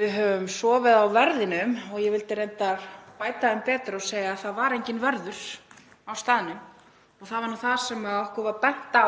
við höfum sofið á verðinum. Ég vildi reyndar bæta um betur og segja að það var enginn vörður á staðnum og það var það sem okkur var bent á.